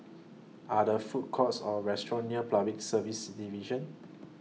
Are There Food Courts Or restaurants near Public Service Division